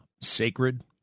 Sacred